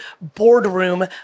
boardroom